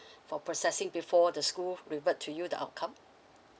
for processing before the school revert to you the outcome